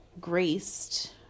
Graced